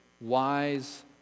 wise